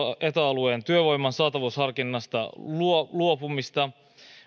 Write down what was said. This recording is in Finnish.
eta alueen työvoiman saatavuusharkinnasta luopumista